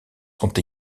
sont